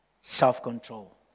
self-control